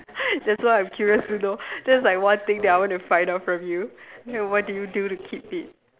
that's why I'm curious to know that's like one thing that I want to find out from you like what do you do to keep fit